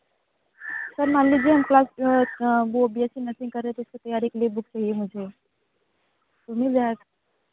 sir मान लीजिए हम क्लास वह बी एस सी नर्सिंग कर रहे थे उस की तैयारी के लिए बुक्स चाहिए मुझे तो मिल जाए